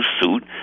suit